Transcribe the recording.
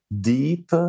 deep